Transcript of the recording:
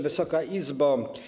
Wysoka Izbo!